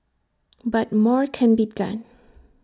but more can be done